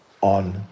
on